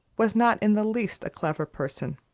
was not in the least a clever person.